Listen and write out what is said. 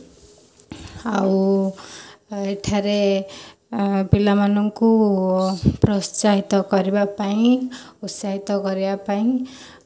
ଆଉ ଏଠାରେ ପିଲା ମାନଙ୍କୁ ପ୍ରୋତ୍ସାହିତ କରିବା ପାଇଁ ଉତ୍ସାହିତ କରିବା ପାଇଁ